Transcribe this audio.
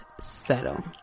settle